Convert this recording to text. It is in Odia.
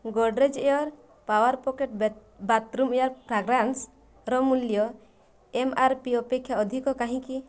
Godrej air power pocket bathroom air ଫ୍ରାଗ୍ରାନ୍ସର ମୂଲ୍ୟ ଏମ୍ ଆର ପି ଅପେକ୍ଷା ଅଧିକ କାହିଁକି